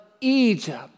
Egypt